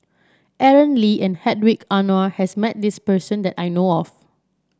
Aaron Lee and Hedwig Anuar has met this person that I know of